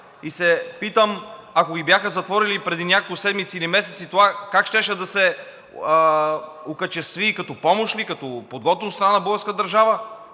И се питам, ако ги бяха затворили преди няколко седмици или месеци, това как щеше да се окачестви, като помощ ли, като подход от страна на българската държава?